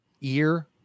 Ear